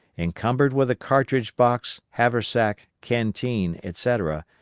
encumbered with a cartridge-box, haversack, canteen, etc,